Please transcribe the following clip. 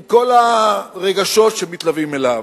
עם כל הרגשות שמתלווים אליו.